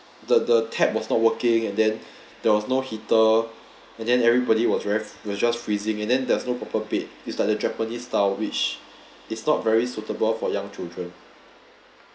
the the tap was not working and then there was no heater and then everybody was very was just freezing and then there's no proper bed it's like the japanese style which is not very suitable for young children